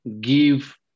give